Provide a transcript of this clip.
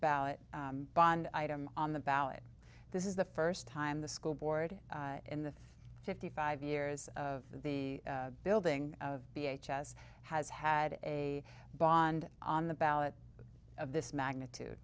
ballot bond item on the ballot this is the first time the school board in the fifty five years of the building of b h s has had a bond on the ballot of this magnitude